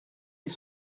des